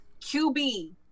QB